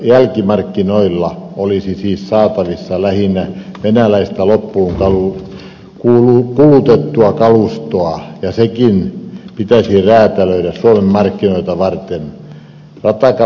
jälkimarkkinoilla olisi siis saatavissa lähinnä venäläistä loppuun kulutettua kalustoa ja sekin pitäisi räätälöidä suomen markkinoita varten